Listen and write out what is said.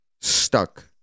stuck